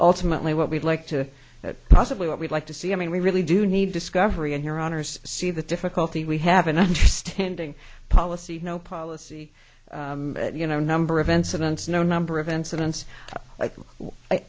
ultimately what we'd like to that possibly what we'd like to see i mean we really do need discovery and your honour's see the difficulty we have an understanding policy of no policy you know number of incidents no number of incidents like